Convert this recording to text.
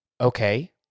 Okay